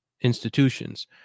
institutions